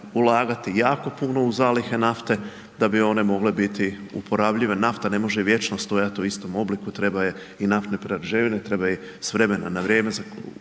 ulagati jako puno u zalihe nafte da bi one mogle biti uporabljive, nafta ne može vječno stajati u istom obliku, treba je, i naftne prerađevine, treba sa vremena na vrijeme